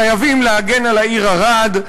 חייבים להגן על העיר ערד,